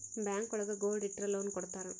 bank ಒಳಗ gold ಇಟ್ರ loan ಕೊಡ್ತಾರ